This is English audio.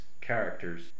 characters